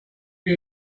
you